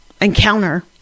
encounter